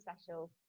special